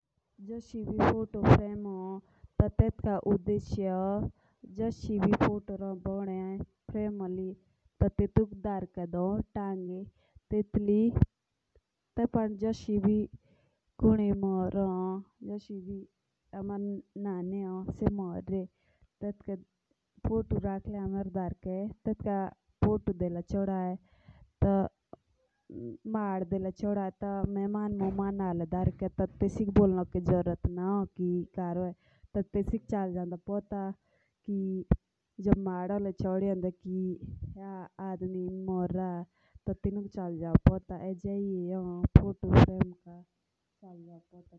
जो फोटो पड़े जो फ्रेम भी हो से एतुक होन तकी जो फोटो है। सेया कोरब नू ह्न या लाम्बे सोमे टोक चोल ला।